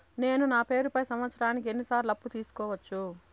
నేను నా పేరుపై సంవత్సరానికి ఎన్ని సార్లు అప్పు తీసుకోవచ్చు?